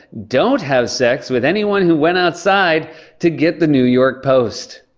don't have sex with anyone who went outside to get the new york post.